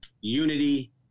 unity